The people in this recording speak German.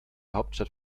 hauptstadt